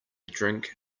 drink